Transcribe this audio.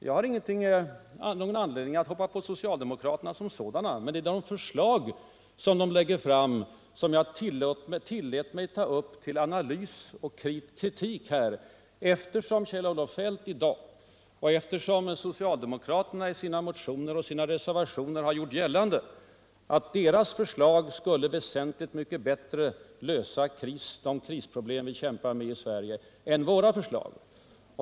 Jag har ingen anledning att hoppa på socialdemokraterna som sådana, men jag tillät mig att ta upp deras förslag till analys och kritik, eftersom Kjell-Olof Feldt i dag och socialdemokraterna i sina motioner och reservationer tidigare har gjort gällande att deras förslag väsentligt mycket bättre skulle lösa de krisproblem som vi kämpar med i Sverige än vad våra förslag skulle göra.